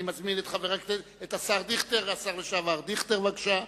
אני מזמין את השר לשעבר דיכטר, בבקשה.